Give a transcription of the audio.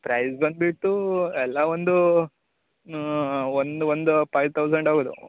price ಬಂದುಬಿಟ್ಟು ಎಲ್ಲ ಒಂದು ಒಂದು ಒಂದು ಪೈವ್ ತೌಸಂಡ್ ಆಗ್ಬೋದ್